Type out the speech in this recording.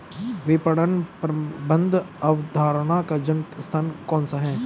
विपणन प्रबंध अवधारणा का जन्म स्थान कौन सा है?